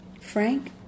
Frank